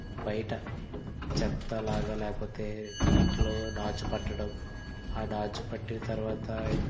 బయట చెత్త లాగ లేకపోతే నీటిలో నాచు పట్టడం ఆ నాచు పట్టిన తరువాత